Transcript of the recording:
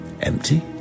empty